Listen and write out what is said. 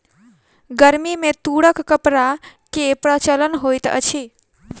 गर्मी में तूरक कपड़ा के प्रचलन होइत अछि